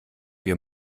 wir